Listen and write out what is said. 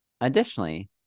Additionally